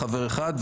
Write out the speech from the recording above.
חבר אחד,